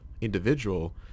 individual